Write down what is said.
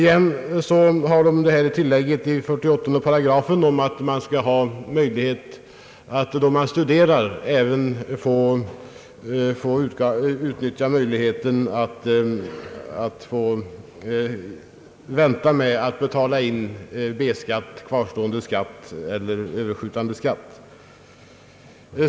Reservanterna vill ha ett tillägg i 48 § som går ut på att de som studerar skulle få utnyttja möjligheten att erhålla anstånd med att erlägga B-skatt, kvarstående skatt eller tillkommande skatt.